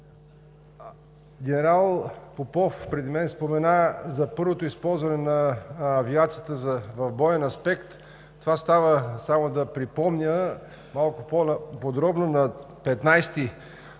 Генерал Попов преди мен спомена за първото използване на авиацията в боен аспект. Това става, само да припомня малко по-подробно, на 15